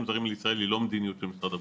זרים לישראל היא לא מדיניות של משרד הבריאות,